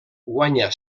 guanyà